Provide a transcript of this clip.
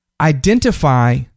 identify